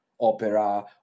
Opera